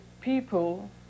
people